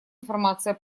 информации